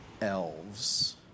elves